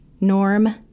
norm